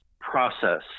process